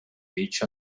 beach